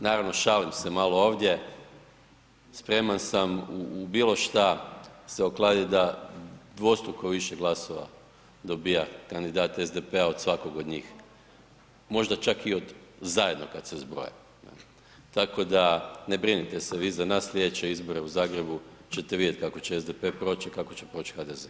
Naravno, šalim se malo ovdje, spreman sam u bilo šta se okladit da dvostruko više glasova dobiva kandidat SDP-a od svakog od njih, možda čak i od zajedno kad se zbroje tako da ne brinite se vi za nas, slijedeće izbore u Zagrebu ćete vidjeti kako će SDP proć a kako će proć HDZ.